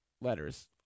letters